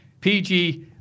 PG